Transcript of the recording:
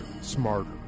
smarter